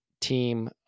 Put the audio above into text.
team